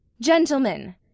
Gentlemen